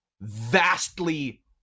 vastly